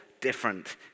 different